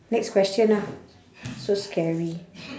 next question ah so scary